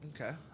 Okay